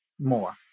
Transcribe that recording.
more